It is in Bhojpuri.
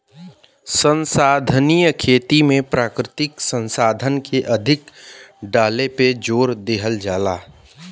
संसाधनीय खेती में प्राकृतिक संसाधन के अधिक डाले पे जोर देहल जाला